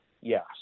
Yes